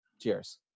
cheers